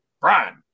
Brian